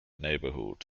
neighborhood